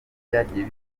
byagiye